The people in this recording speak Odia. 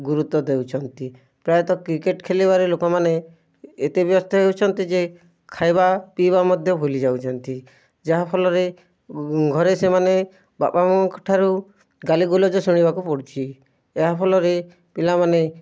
ଗୁରୁତ୍ଵ ଦେଉଛନ୍ତି ପ୍ରାୟତଃ କ୍ରିକେଟ୍ ଖେଲିବାରେ ଲୋକମାନେ ଏତେ ବ୍ୟସ୍ତ ହେଉଛନ୍ତି ଯେ ଖାଇବା ପିଇବା ମଧ୍ୟ ଭୁଲି ଯାଉଛନ୍ତି ଯାହାଫଲରେ ଘରେ ସେମାନେ ବାପା ମାଆଙ୍କ ଠାରୁ ଗାଲି ଗୁଲଜ ଶୁଣିବାକୁ ପଡ଼ୁଛି ଏହା ଫଲରେ ପିଲାମାନେ